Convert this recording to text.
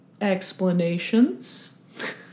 explanations